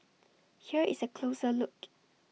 here is A closer look